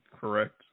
Correct